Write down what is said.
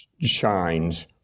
shines